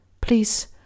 Please